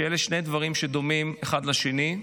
שאלה שני דברים שדומים האחד לשני.